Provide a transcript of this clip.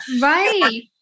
Right